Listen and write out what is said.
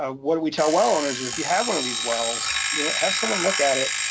ah what do we tell well owners is, if you have one of these wells, you know have someone look at it.